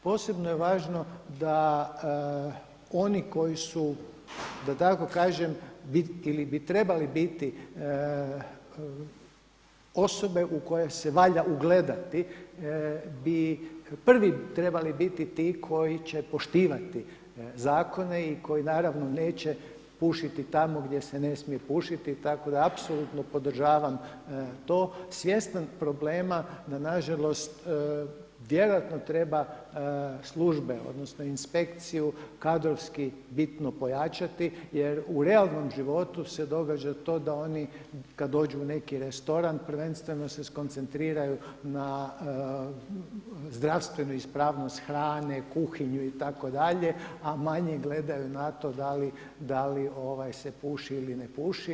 Posebno je važno da oni koji su da tako kažem, bi ili bi trebali biti osobe u koje se valja ugledati bi prvi trebali biti ti koji će poštivati zakone i koji naravno neće pušiti tamo gdje se ne smije pušiti, tako da apsolutno podržavam to, svjestan problema da nažalost vjerojatno treba službe odnosno inspekciju kadrovski bitno pojačati jer u realnom životu se događa to da oni kada dođu u neki restoran prvenstveno se skoncentriraju na zdravstvenu ispravnost hrane, kuhinju itd., a manje gledaju na to da li se puši ili ne puši.